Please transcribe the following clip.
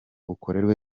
ukorerwe